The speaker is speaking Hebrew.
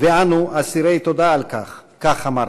ואנו אסירי תודה על כך" כך אמרת.